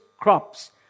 crops